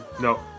No